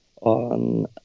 on